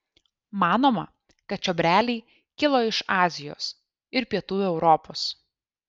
manoma kad čiobreliai kilo iš azijos ir pietų europos